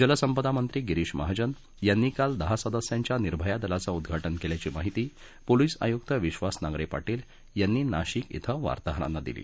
जलसंपदामंत्री गिरीश महाजन यांनी काल दहा सदस्यांच्या निर्भय दलाचं उद्घाटन केल्याची माहिती पोलिस आयुक्त विश्वास नांगरे पाटील यांनी नाशिक क्वें वार्ताहरांना दिली